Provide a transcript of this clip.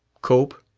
cope,